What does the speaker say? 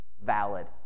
valid